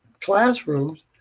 classrooms